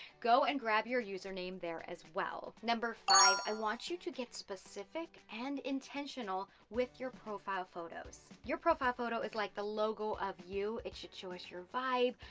go and grab your username there as well. number five, i want you to get specific, and intentional with your profile photos. your profile photo is like the logo of you. it's your show us your vibe,